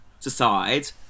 decide